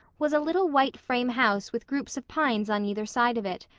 was a little white frame house with groups of pines on either side of it,